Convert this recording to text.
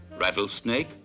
rattlesnake